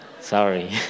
Sorry